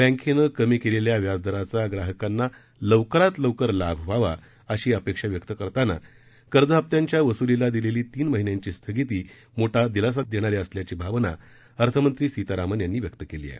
बँकेनं कमी केलेल्या व्याजदराचा ग्राहकांना लवकरात लवकर लाभ व्हावा अशी अपेक्षा व्यक्त करताना कर्ज हप्त्यांच्या वसूलीला दिलेली तीन महिन्यांची स्थगिती मोठा दिलासा देणारी असल्याची भावना अर्थमंत्री सीतारामन यांनी व्यक्त केली आहे